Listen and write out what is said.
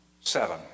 seven